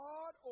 God